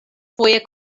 foje